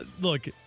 Look